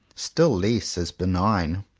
still less as benign.